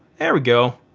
there we go.